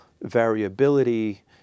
variability